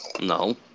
No